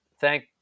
thank